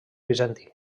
bizantí